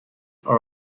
are